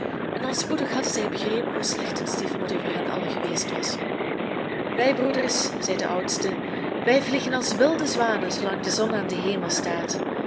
en al spoedig hadden zij begrepen hoe slecht hun stiefmoeder voor hen allen geweest was wij broeders zei de oudste wij vliegen als wilde zwanen zoolang de zon aan den hemel staat